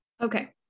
Okay